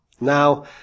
Now